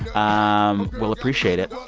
um we'll appreciate it.